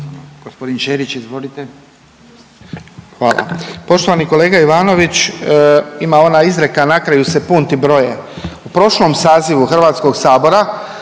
**Ćelić, Ivan (HDZ)** Hvala. Poštovani kolega Ivanović, ima ona izreka na kraju se punti broje. U prošlom sazivu Hrvatskog sabora